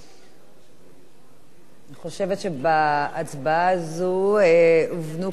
אני חושבת שבהצבעה הזו הובנו כמה דברים.